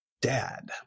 Dad